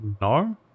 No